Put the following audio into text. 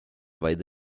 vaid